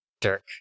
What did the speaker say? Dirk